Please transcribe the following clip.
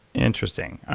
interesting.